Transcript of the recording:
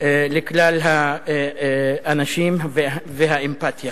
לכלל האנשים והאמפתיה.